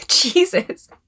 Jesus